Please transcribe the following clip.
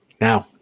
Now